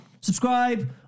subscribe